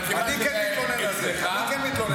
אבל כיוון שזה אצלך --- אני כן מתלונן על זה.